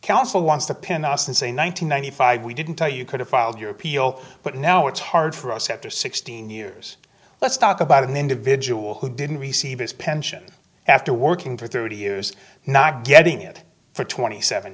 counsel wants to pin us and say one thousand nine hundred five we didn't tell you could have filed your appeal but now it's hard for us after sixteen years let's talk about an individual who didn't receive his pension after working for thirty years not getting it for twenty seven